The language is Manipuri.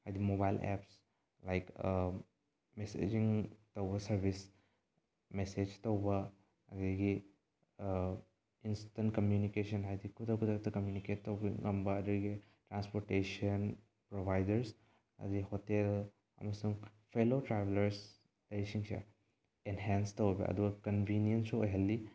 ꯍꯥꯏꯗꯤ ꯃꯣꯕꯥꯏꯜ ꯑꯦꯞꯁ ꯂꯥꯏꯛ ꯃꯤꯁꯦꯖꯤꯡ ꯇꯧꯕ ꯁꯥꯔꯚꯤꯁ ꯃꯦꯁꯦꯖ ꯇꯧꯕ ꯑꯗꯒꯤ ꯏꯟꯁꯇꯦꯟ ꯀꯃꯨꯅꯤꯀꯦꯁꯟ ꯍꯥꯏꯗꯤ ꯈꯨꯗꯛ ꯈꯨꯗꯛꯇ ꯀꯃꯨꯅꯤꯀꯦꯠ ꯇꯧꯕ ꯉꯝꯕ ꯑꯗꯒꯤ ꯇ꯭ꯔꯥꯟꯁꯄꯣꯔꯇꯦꯁꯟ ꯄ꯭ꯔꯣꯚꯥꯏꯗꯔꯁ ꯑꯗꯒꯤ ꯍꯣꯇꯦꯜ ꯑꯃꯁꯨꯡ ꯐꯦꯂꯣ ꯇ꯭ꯔꯥꯕꯦꯂꯔꯁ ꯂꯩꯔꯤꯁꯤꯡꯁꯦ ꯑꯦꯟꯍꯦꯟꯁ ꯇꯧꯋꯦꯕ ꯑꯗꯨꯒ ꯀꯟꯚꯤꯅꯦꯟꯁꯨ ꯑꯣꯏꯍꯜꯂꯤ